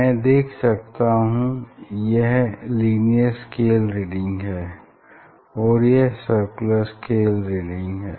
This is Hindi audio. मैं देख सकता हूं यह लिनियर स्केल रीडिंग है और यह सर्कुलर स्केल रीडिंग है